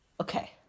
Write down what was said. okay